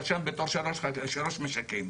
נרשם בתור שלושה משקים.